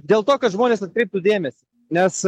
dėl to kad žmonės atkreiptų dėmesį nes